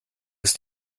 ist